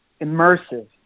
immersive